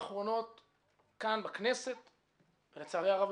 כי צריך להתחיל דיון בנושא הבא.